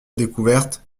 découverte